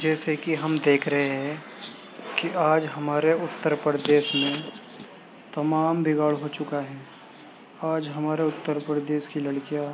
جیسے کہ ہم دیکھ رہے ہیں کہ آج ہمارے اترپردیش میں تمام بگاڑ ہو چکا ہے آج ہمارے اترپردیش کی لڑکیاں